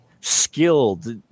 skilled